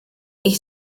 ich